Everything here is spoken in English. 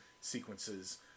sequences